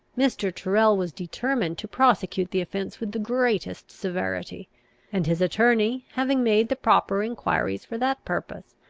mr. tyrrel was determined to prosecute the offence with the greatest severity and his attorney, having made the proper enquiries for that purpose,